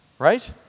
Right